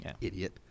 Idiot